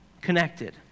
connected